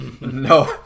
No